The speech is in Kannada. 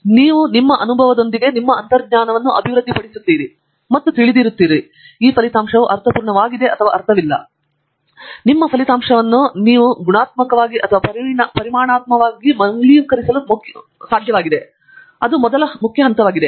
ಆದರೆ ನೀವು ಅನುಭವದೊಂದಿಗೆ ಅಂತರ್ಜ್ಞಾನವನ್ನು ಅಭಿವೃದ್ಧಿಪಡಿಸುತ್ತೀರಿ ಮತ್ತು ಎಲ್ಲೋ ನಿಮಗೆ ತಿಳಿದಿರುವಿರಿ ಈ ಫಲಿತಾಂಶವು ಅರ್ಥಪೂರ್ಣವಾಗಿದೆ ಅಥವಾ ಅರ್ಥವಿಲ್ಲ ನೀವು ಫಲಿತಾಂಶವನ್ನು ಪಡೆದಾಗ ಅದನ್ನು ಗುಣಾತ್ಮಕವಾಗಿ ಮತ್ತು ಪರಿಮಾಣಾತ್ಮಕವಾಗಿ ಮೌಲ್ಯೀಕರಿಸಲು ಮುಖ್ಯವಾಗಿದೆ ಅದು ಮೊದಲ ಮುಖ್ಯ ಹಂತವಾಗಿದೆ